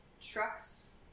Trucks